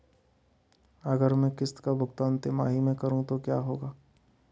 अगर मैं किश्त का भुगतान तिमाही में करूं तो क्या होगा?